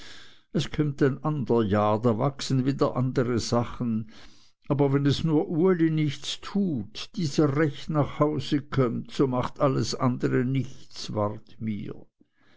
es kömmt ein ander jahr und da wachsen wieder andere sachen aber wenn es nur uli nichts tut dieser recht nach hause kömmt so macht alles andere nichts ward mir